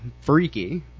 freaky